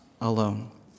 alone